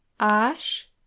Ash